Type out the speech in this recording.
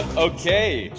okay,